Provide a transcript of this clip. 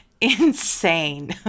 insane